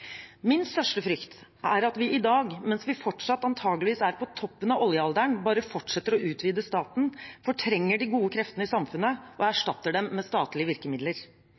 Min største frykt er at vi i dag, mens vi fortsatt antageligvis er på toppen av oljealderen, bare fortsetter å utvide staten, fortrenger de gode kreftene i samfunnet og erstatter dem med statlige virkemidler.